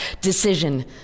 decision